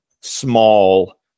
small